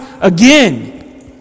again